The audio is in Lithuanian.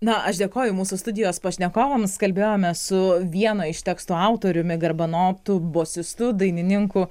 na aš dėkoju mūsų studijos pašnekovams kalbėjome su vieno iš tekstų autoriumi garbanotu bosistu dainininku